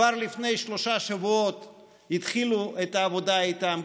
כבר לפני שלושה שבועות התחילו את העבודה איתם.